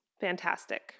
fantastic